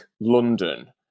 London